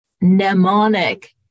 mnemonic